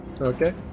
Okay